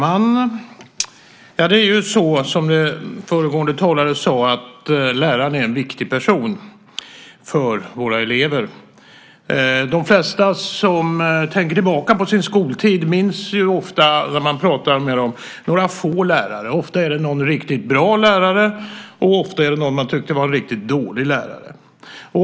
Fru talman! Läraren är, som föregående talare sade, en viktig person för våra elever. De flesta som tänker tillbaka på sin skoltid minns några få lärare. Det märker man när man pratar med dem. Ofta är det någon riktigt bra lärare och någon man tyckte var en riktigt dålig lärare.